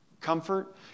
Comfort